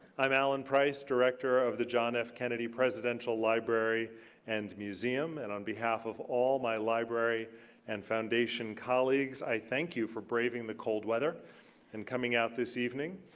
i'm alan price, director of the john f kennedy presidential library and museum. and on behalf of all my library and foundation colleagues, i thank you for braving the cold weather and coming out this evening.